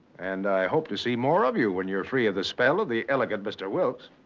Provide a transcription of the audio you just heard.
and i hope to see more of you when you're free of the spell of the elegant mr. wilkes.